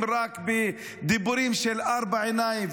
אם רק בדיבורים של ארבע עיניים,